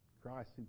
Christ